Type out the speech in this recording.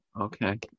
Okay